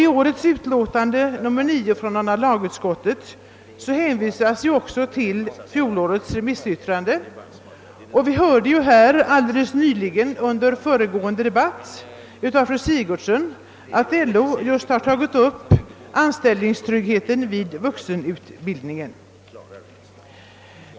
I årets utlåtande nr 9 från andra lagutskottet hänvisas också till fjolårets remissyttranden, och vi hörde alldeles nyss i debatten här av fru Sigurdsen att LO just tagit upp problemet med anställningstryggheten i samband med vuxenutbildning.